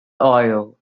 oil